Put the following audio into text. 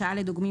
אותו